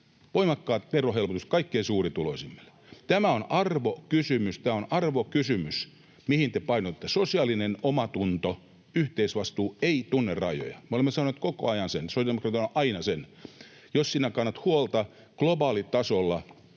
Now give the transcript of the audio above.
[Miko Bergbom: Kaikille!] Tämä on arvokysymys. Tämä on arvokysymys, mihin te painoitte. Sosiaalinen omatunto, yhteisvastuu, ei tunne rajoja, me olemme sanoneet koko ajan sen, sosiaalidemokraatit sanovat aina sen. Jos sinä kannat huolta globaalitasolla